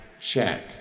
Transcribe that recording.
check